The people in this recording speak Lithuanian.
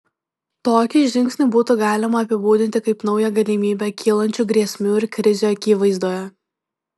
tokį žingsnį būtų galima apibūdinti kaip naują galimybę kylančių grėsmių ir krizių akivaizdoje